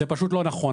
זה פשוט לא נכון.